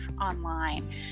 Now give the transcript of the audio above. online